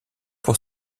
pour